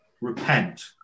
repent